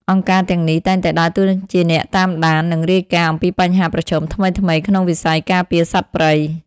អង្គការទាំងនេះតែងតែដើរតួជាអ្នកតាមដាន និងរាយការណ៍អំពីបញ្ហាប្រឈមថ្មីៗក្នុងវិស័យការពារសត្វព្រៃ។